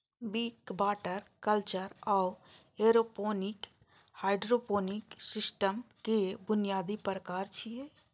Wick, water culture आ aeroponic hydroponic सिस्टमक बुनियादी प्रकार छियै